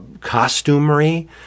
costumery